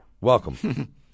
Welcome